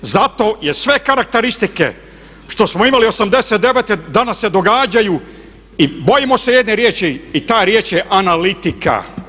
Zato jer sve karakteristike što smo imali 89.-e danas se događaju i bojimo se jedne riječi i ta riječ je analitika.